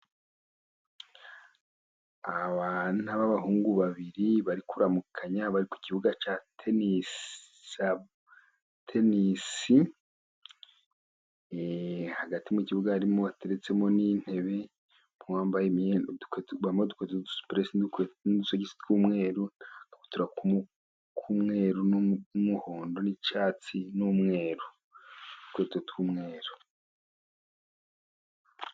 Abana babahungu babiri bari kuramukanya, bari ku kibuga cya tenisi, hagati mu kibuga harimo, hateretsemo n'intebe, umwe wambaye imyenda, udukwe tw'udusuperesi n'udusogisi tw'umweru, n'agakabutura k'umweru, n''umuhondo, n'icyatsi, n'umweru, n'udukweto tw'umweru.